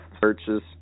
searches